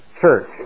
church